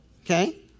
Okay